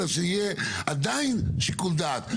אלא שיהיה עדיין שיקול דעת.